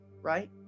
right